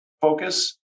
focus